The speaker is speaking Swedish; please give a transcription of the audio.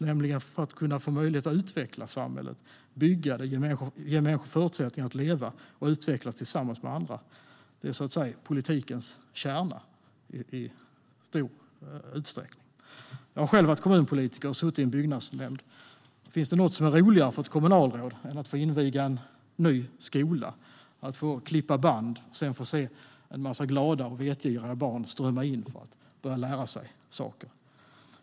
Det är för att få möjlighet att utveckla samhället, att bygga och ge människor förutsättningar att leva och utvecklas tillsammans med andra. Det är så att säga politikens kärna. Jag har själv varit kommunpolitiker och suttit i en byggnadsnämnd. Finns det något som är roligare för ett kommunalråd än att få inviga en ny skola, att få klippa band och sedan se en massa glada och vetgiriga barn strömma in för att börja lära sig saker?